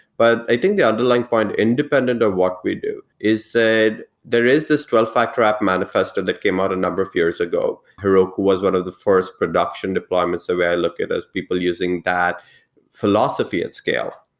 but i think the underlying point independent of what we do is that there is this twelve factor app manifested that came out a number of years ago. heroku was one of the first production deployments. the way i look at, as people using that philosophy at scale.